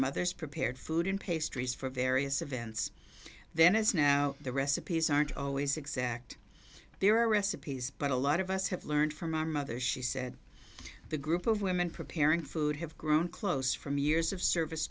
mothers prepared food and pastries for various events then as now the recipes aren't always exact their recipes but a lot of us have learned from our mothers she said the group of women preparing food have grown close from years of service